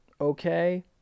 okay